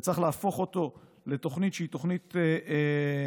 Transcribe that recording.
וצריך להפוך אותו לתוכנית שהיא תוכנית לאומית.